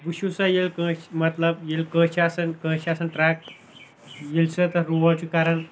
وٕچھِو ہسا ییٚلہِ کٲنٛسہِ مطلب ییٚلہِ کٲنٛسہِ چھُ آسان کٲنٛسہِ چھُ آسان ٹریک ییٚلہِ سُہ تَتھ روڑ چھُ کران